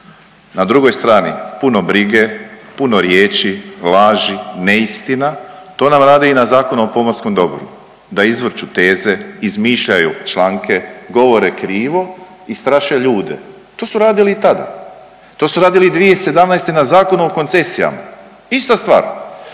Na drugoj strani puno brige, puno riječi, laži, neistina to nam radi i na Zakonu o pomorskom dobru, da izvrću teze, izmišljaju članke, govore krivo i straše ljude to su radili i tada, to su radili i 2017. na Zakonu o koncesijama, ista stvar.